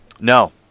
No